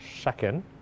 second